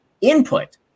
input